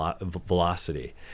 velocity